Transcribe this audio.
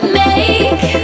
make